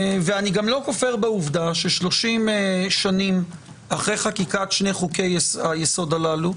אני גם לא כופר בעובדה ששלושים שנה אחרי חקיקת שני חוקי-היסוד הללו,